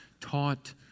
taught